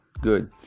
good